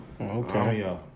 Okay